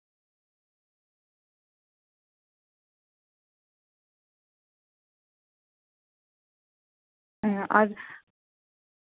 ᱦᱮᱸ ᱟᱨ